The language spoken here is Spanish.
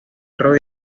rodeado